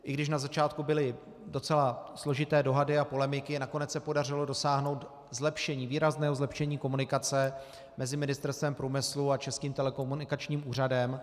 I když na začátku byly docela složité dohody a polemiky, nakonec se podařilo dosáhnout výrazného zlepšení komunikace mezi Ministerstvem průmyslu a Českým telekomunikačním úřadem.